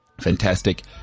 fantastic